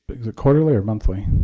quarterly or monthly?